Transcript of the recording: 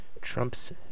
Trump's